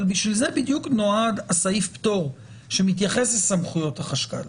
אבל בשביל זה בדיוק נועד הסעיף פטור שמתייחס לסמכויות החשכ"ל.